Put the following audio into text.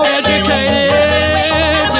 educated